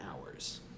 hours